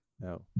No